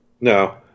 No